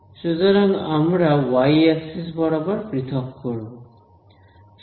সুতরাং আমরা Y axis বরাবর পৃথক করব